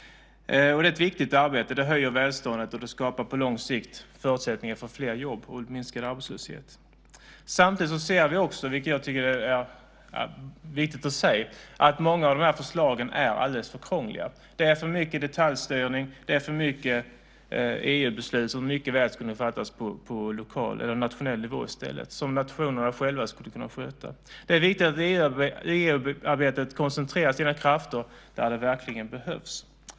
Det är ett viktigt arbete, det höjer välståndet, och det skapar på lång sikt förutsättningar för fler jobb och minskad arbetslöshet. Samtidigt ser vi, vilket jag tycker är viktigt att säga, att många av förslagen är alldeles för krångliga. Det är för mycket detaljstyrning, och det är för många EU-beslut. Många beslut skulle mycket väl kunna fattas på nationell nivå i stället. Nationerna skulle själva kunna sköta detta. Det är viktigt att EU i sitt arbete koncentrerar sina krafter till det som verkligen behövs.